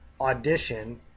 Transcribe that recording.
audition